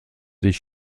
dich